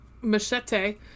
machete